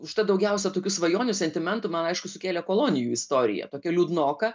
užtat daugiausia tokių svajonių sentimentų man aišku sukėlė kolonijų istorija tokia liūdnoka